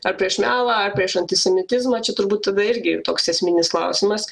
ar prieš melą ar prieš antisemitizmą čia turbūt tada irgi toks esminis klausimas